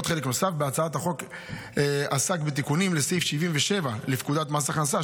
חלק נוסף בהצעת החוק עסק בתיקונים לסעיף 77 לפקודת מס הכנסה,